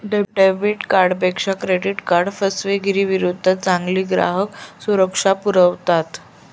debit कार्डपेक्षा credit card फसवेगिरीविरुद्ध चांगली ग्राहक सुरक्षा पुरवता